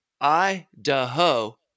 Idaho